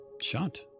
shot